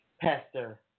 Pastor